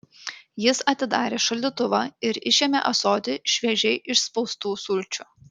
jis atidarė šaldytuvą ir išėmė ąsotį šviežiai išspaustų sulčių